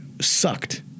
sucked